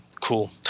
cool